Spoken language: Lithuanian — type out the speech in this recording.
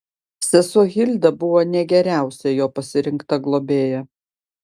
sesuo hilda buvo ne geriausia jo pasirinkta globėja